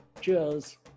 Cheers